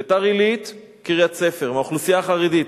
ביתר-עילית וקריית-ספר, מהאוכלוסייה החרדית.